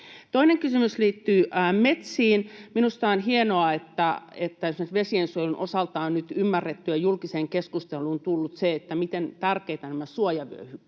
Toinen kysymys liittyy metsiin. Minusta on hienoa, että esimerkiksi vesiensuojelun osalta on nyt ymmärretty ja julkiseen keskusteluun tullut se, miten tärkeitä nämä suojavyöhykkeet ovat,